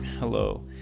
Hello